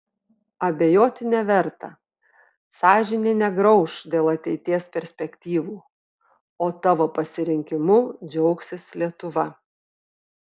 abejoti neverta sąžinė negrauš dėl ateities perspektyvų o tavo pasirinkimu džiaugsis lietuva